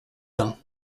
bains